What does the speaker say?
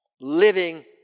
living